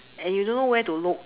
and you do not know where to look